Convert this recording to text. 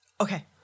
Okay